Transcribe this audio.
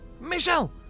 Michelle